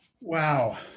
Wow